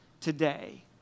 today